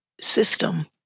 system